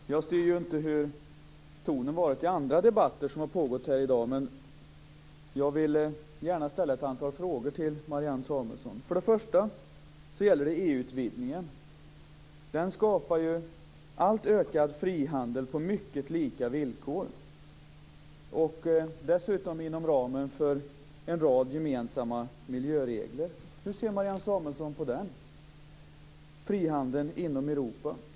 Herr talman! Jag styr ju inte över hur tonen har varit i andra debatter som har pågått här i dag. Men jag vill gärna ställa ett antal frågor till Marianne Samuelsson. Först gäller det EU-utvidgningen. Den skapar ju en allt ökad frihandel på mycket lika villkor, dessutom inom ramen för en rad gemensamma miljöregler. Hur ser Marianne Samuelsson på frihandeln inom Europa?